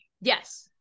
yes